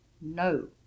No